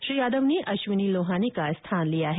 श्री यादव ने अश्वनी लोहानी का स्थान लिया है